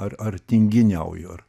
ar ar tinginiauju ar